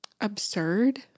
absurd